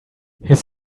his